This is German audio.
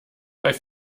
bei